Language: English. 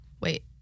wait